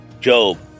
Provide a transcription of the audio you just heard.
Job